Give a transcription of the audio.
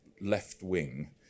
left-wing